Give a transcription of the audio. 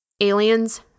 aliens